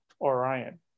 Orion